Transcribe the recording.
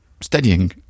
studying